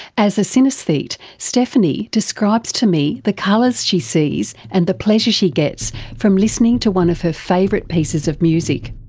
as a synesthete, stephanie describes to me the colours she sees and the pleasure she gets from listening to one of her favourite pieces of music.